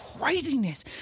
craziness